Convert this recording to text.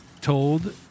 told